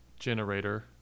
Generator